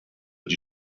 die